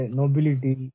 nobility